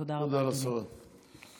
תודה רבה, אדוני.